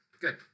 Good